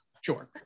Sure